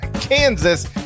Kansas